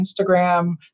Instagram